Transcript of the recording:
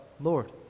Lord